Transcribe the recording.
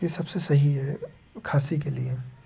ये सबसे सही है खाँसी के लिए